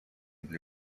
для